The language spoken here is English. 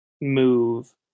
move